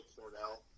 Cornell